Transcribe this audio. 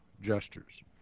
gestures